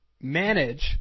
Manage